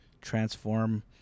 transform